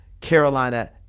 Carolina